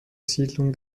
siedlung